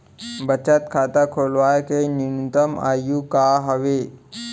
बचत खाता खोलवाय के न्यूनतम आयु का हवे?